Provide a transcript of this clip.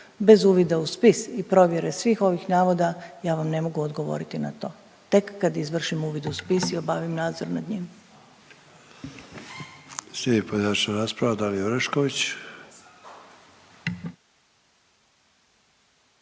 Bez uvida u spis i provjere svih ovih navoda ja vam ne mogu odgovoriti na to, tek kad izvršim uvid u spis i obavim nadzor nad njim.